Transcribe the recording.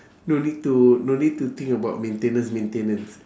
no need to no need to think about maintenance maintenance